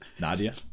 Nadia